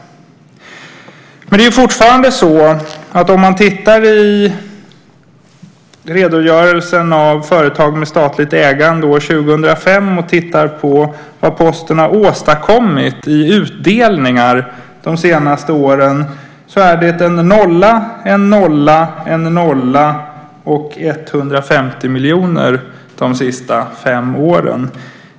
Men fortfarande är det - det är bara att titta i redogörelsen för företag med statligt ägande år 2005 och att se vad Posten har åstadkommit i utdelningar de senaste åren - en nolla, en nolla, en nolla och 150 miljoner de sista fem åren.